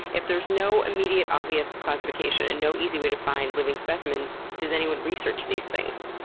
if there's no immediate obvious classification and no easy way to find living specimens, does anyone research these things?